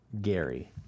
Gary